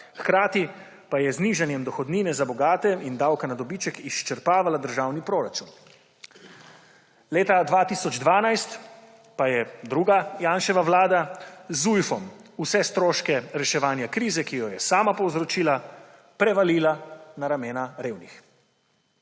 hkrati pa je z nižanjem dohodnine za bogate in davka na dobiček izčrpavala državni proračun. Leta 2012 je druga Janševa vlada z Zujfom vse stroške reševanja krize, ki jo je sama povzročila, prevalila na ramena revnih.